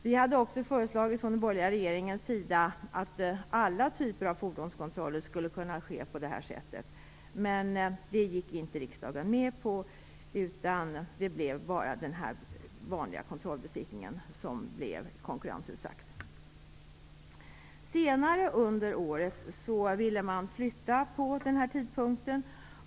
Vi hade också föreslagit från den borgerliga regeringens sida att alla typer av fordonskontroller skulle kunna ske på detta sätt, men det gick riksdagen inte med på. Det blev bara den vanliga kontrollbesiktningen som blev konkurrensutsatt. Senare under året ville man flytta på tidpunkten.